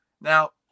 now